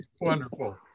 wonderful